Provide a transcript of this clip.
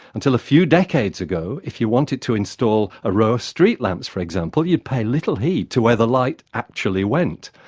until a few decades ago, if you wanted to install a row of street lamps, for example, you'd pay little heed to where the light actually went.